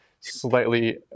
slightly